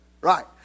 Right